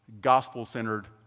gospel-centered